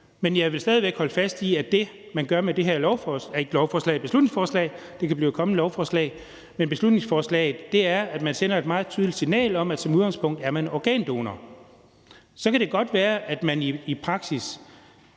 Men jeg vil stadig væk holde fast i, at det, man gør med det her beslutningsforslag, som kan blive et kommende lovforslag, er, at man sender et meget tydeligt signal om, at som udgangspunkt er folk organdonorer. Så kan det godt være, at folk i praksis